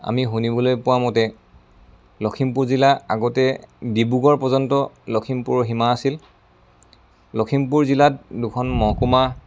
আমি শুনিবলৈ পোৱা মতে লখিমপুৰ জিলা আগতে ডিব্ৰুগড় পৰ্যন্ত লখিমপুৰৰ সীমা আছিল লখিমপুৰ জিলাত দুখন মহকুমা